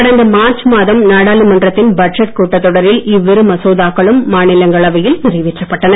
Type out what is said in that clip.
கடந்த மார்ச் மாதம் நாடாளுமன்றத்தின் பட்ஜெட் கூட்டத்தொடரில் இவ்விரு மசோதாக்களும் மாநிலங்களவையில் நிறைவேற்றப்பட்டன